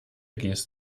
geste